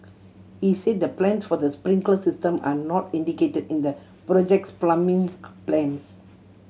he said the plans for the sprinkler system are not indicated in the project's plumbing plans